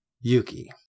Yuki